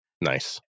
Nice